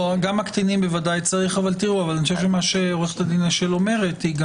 גם הקטינים ודאי צריך אבל מה שעו"ד אשל אומרת,